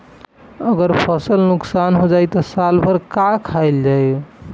अगर फसल नुकसान हो जाई त साल भर का खाईल जाई